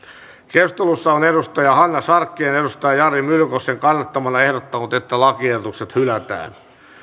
keskustelussa on hanna sarkkinen jari myllykosken kannattamana ehdottanut että lakiehdotus hylätään